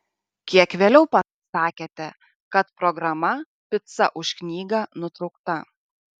kiek vėliau pasakėte kad programa pica už knygą nutraukta